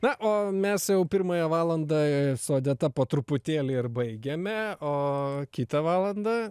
na o mes jau pirmąją valandą su odeta po truputėlį ir baigiame o kitą valandą